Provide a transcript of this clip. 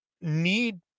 need